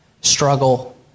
struggle